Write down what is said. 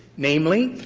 namely,